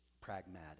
pragmatic